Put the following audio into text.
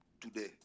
today